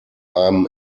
einem